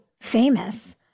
famous